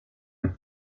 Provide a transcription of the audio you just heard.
fer